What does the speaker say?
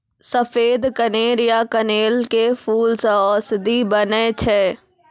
सफेद कनेर या कनेल के फूल सॅ औषधि बनै छै